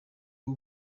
bwo